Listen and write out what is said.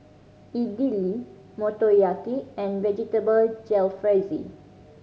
Idili Motoyaki and Vegetable Jalfrezi